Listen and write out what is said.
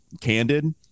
candid